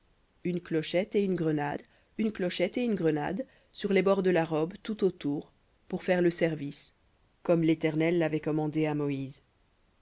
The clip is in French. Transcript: une clochette et une grenade une clochette et une grenade sur les bords de la robe tout autour pour faire le service comme l'éternel l'avait commandé à moïse